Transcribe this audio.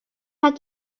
have